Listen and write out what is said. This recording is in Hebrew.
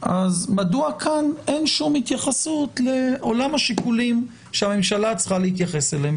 מדוע כאן אין שום התייחסות לעולם השיקולים שהממשלה צריכה להתייחס אליהם.